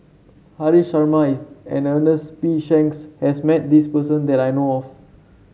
Haresh Sharma and Ernest P Shanks has met this person that I know of